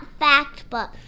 Factbook